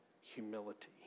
humility